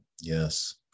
Yes